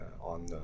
on